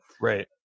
Right